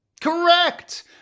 Correct